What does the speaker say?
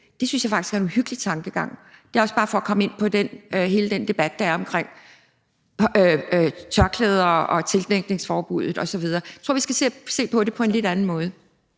Det synes jeg faktisk er en uhyggelig tankegang. Det er også bare for at komme ind på hele den debat, der er, omkring tørklæder, tildækningsforbuddet osv. Jeg tror, at vi skal til at se på det på en lidt anden måde.